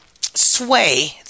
sway